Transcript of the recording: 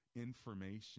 information